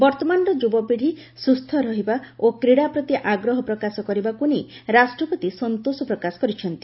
ବର୍ତ୍ତମାନର ଯୁବପିଢ଼ି ସୁସ୍ଥ ରହିବା ଓ କ୍ରୀଡ଼ା ପ୍ରତି ଆଗ୍ରହ ପ୍ରକାଶ କରିବାକୁ ନେଇ ରାଷ୍ଟ୍ରପତି ସନ୍ତୋଷ ପ୍ରକାଶ କରିଛନ୍ତି